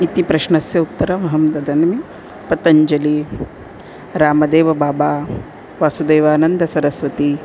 इति प्रश्नस्य उत्तरमहं ददामि पतञ्जलिः रामदेवबाबा वासुदेवानन्दसरस्वती